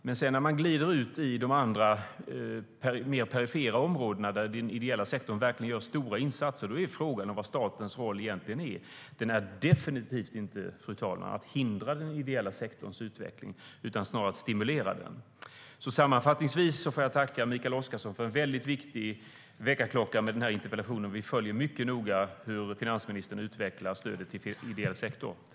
Men när vi glider ut i de andra mer perifera områdena där den ideella sektorn gör stora insatser är frågan vad statens roll är. Den är definitivt inte att hindra den ideella sektorns utveckling utan snarare att stimulera den.